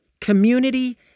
community